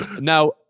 Now